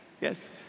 Yes